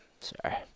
Sorry